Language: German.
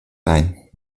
sein